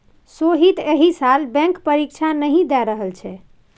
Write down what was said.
सोहीत एहि साल बैंक परीक्षा नहि द रहल छै